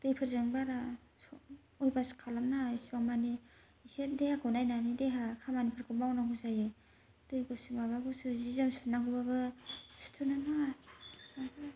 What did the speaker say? दैफोरजों बारा अयबास खालामनाङा इसिबां मानि एसे देहाखौ नायनानै देहा खामानिफोरखौ मावनांगौ जायो दै गुसु माबा गुसु जि जोम सुनांगौबाबो सुथ'नो नाङा